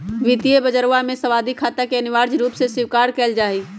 वित्तीय बजरवा में सावधि खाता के अनिवार्य रूप से स्वीकार कइल जाहई